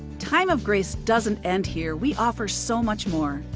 time of grace doesn't end here. we offer so much more!